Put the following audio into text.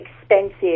expensive